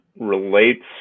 relates